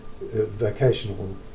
vocational